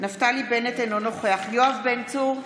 נפתלי בנט, אינו נוכח יואב בן צור,